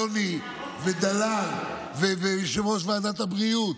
יוני ודלל ויושב-ראש ועדת הבריאות,